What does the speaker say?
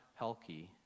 Pelkey